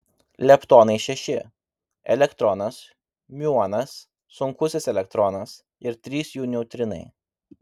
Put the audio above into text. leptonai šeši elektronas miuonas sunkusis elektronas ir trys jų neutrinai